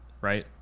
right